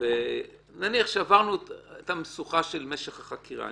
נניח שעברנו את המשוכה של משך החקירה,